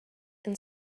and